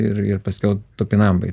ir ir paskiau topinambai